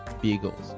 beagles